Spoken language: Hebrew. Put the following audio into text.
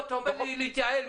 אתה אומר לי להתייעל.